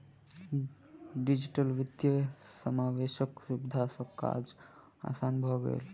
digital वित्तीय समावेशक सुविधा सॅ काज आसान भ गेल